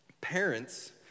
parents